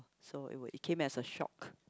so it were it came as a shock